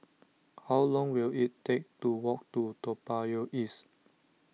how long will it take to walk to Toa Payoh East